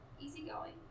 easygoing